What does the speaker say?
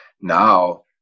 now